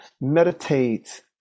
meditate